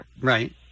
Right